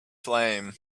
flame